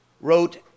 wrote